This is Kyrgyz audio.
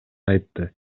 айтты